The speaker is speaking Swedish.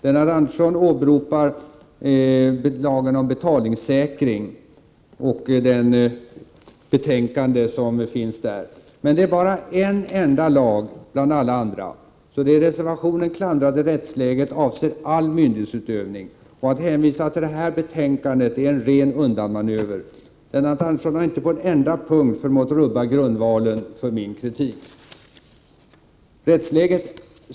Lennart Andersson åberopar lagen om betalningssäkring och det betänkande som betalningssäkringsutredningen framlagt. Men det är bara en enda lag bland alla andra. Det i reservationen klandrade rättsläget avser all myndighetsutövning. Att hänvisa till det här betänkandet är en ren undanmanöver. Lennart Andersson har inte på en enda punkt förmått rubba grundvalen för min kritik.